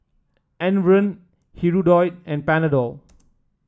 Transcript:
Enervon Hirudoid and Panadol